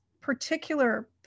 particular